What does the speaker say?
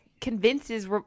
convinces